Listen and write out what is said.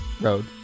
road